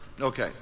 okay